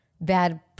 bad